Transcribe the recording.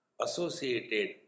Associated